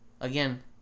again